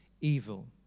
evil